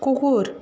কুকুর